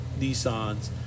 Nissans